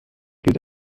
gilt